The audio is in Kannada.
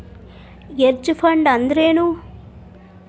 ಹೆಡ್ಜ್ ಫಂಡ್ ಅಂದ್ರೇನು?